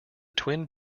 twin